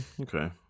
okay